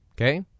Okay